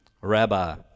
rabbi